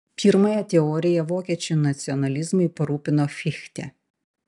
pirmąją teoriją vokiečių nacionalizmui parūpino fichte